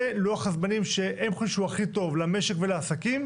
לוח הזמנים שהם חושבים שהוא הכי טוב למשק ולעסקים,